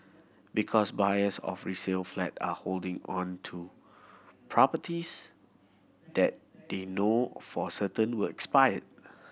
because buyers of resale flat are holding on to properties that they know for certain will expire